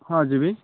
ହଁ ଯିବି